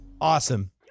awesome